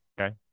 Okay